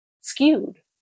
skewed